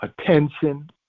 attention